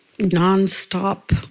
non-stop